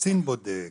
קצין בודק,